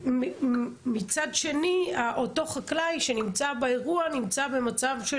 מצד שני, אותו חקלאי שנמצא באירוע נמצא במצב של